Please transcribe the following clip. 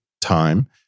time